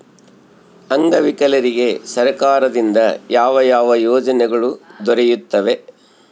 ಅಂಗವಿಕಲರಿಗೆ ಸರ್ಕಾರದಿಂದ ಯಾವ ಯಾವ ಯೋಜನೆಗಳು ದೊರೆಯುತ್ತವೆ?